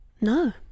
no